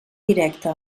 directa